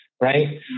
right